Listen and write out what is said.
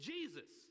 Jesus